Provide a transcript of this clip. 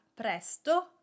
presto